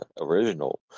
original